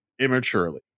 immaturely